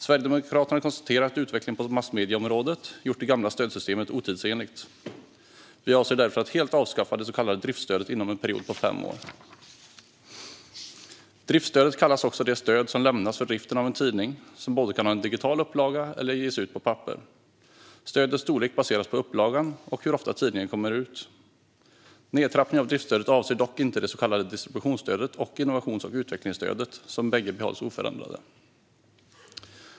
Sverigedemokraterna konstaterar att utvecklingen på massmedieområdet har gjort det gamla stödsystemet otidsenligt. Vi avser därför att helt avskaffa det så kallade driftsstödet inom en period på fem år. Driftsstöd kallas alltså det stöd som lämnas för driften av en tidning, som kan ha en digital upplaga eller ges ut på papper. Stödets storlek baseras på upplagan och hur ofta tidningen kommer ut. Nedtrappningen av driftsstödet avser dock inte det så kallade distributionsstödet och innovations och utvecklingsstödet, som bägge behålls oförändrade.